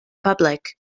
public